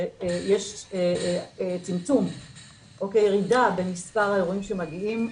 שיש ירידה במספר האירועים שמגיעים.